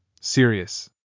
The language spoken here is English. serious